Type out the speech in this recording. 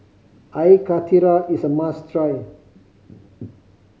Air Karthira is a must try